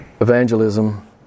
evangelism